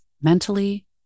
mentally